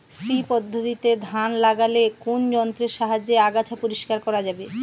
শ্রী পদ্ধতিতে ধান লাগালে কোন যন্ত্রের সাহায্যে আগাছা পরিষ্কার করা যাবে?